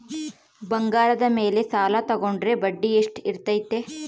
ಬಂಗಾರದ ಮೇಲೆ ಸಾಲ ತೋಗೊಂಡ್ರೆ ಬಡ್ಡಿ ಎಷ್ಟು ಇರ್ತೈತೆ?